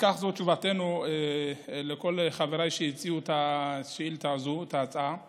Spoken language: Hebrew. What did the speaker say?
זו תשובתנו לכל חבריי שהציעו את ההצעה הזאת.